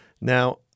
Now